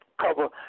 cover